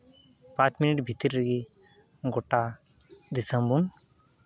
ᱯᱟᱸᱪ ᱢᱤᱱᱤᱴ ᱵᱷᱤᱛᱤᱨ ᱨᱮᱜᱮ ᱜᱚᱴᱟ ᱫᱤᱥᱚᱢ ᱵᱚᱱ